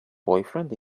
boyfriend